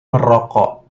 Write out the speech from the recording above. merokok